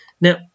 Now